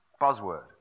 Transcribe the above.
Buzzword